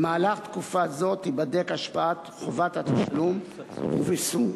במהלך תקופה זו תיבדק השפעת חובת התשלום ובסיומה